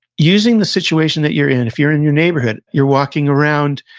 using the situation that you're in, if you're in your neighborhood, you're walking around,